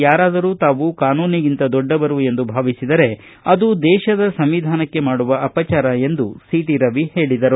ಯಾರಾದರೂ ತಾವು ಕಾನೂನಿಗಿಂತ ದೊಡ್ಡವರು ಎಂದು ಭಾವಿಸಿದರೆ ಅದು ದೇಶದ ಸಂವಿಧಾನಕ್ಕೆ ಮಾಡುವ ಅಪಚಾರ ಎಂದು ಅವರು ಹೇಳಿದರು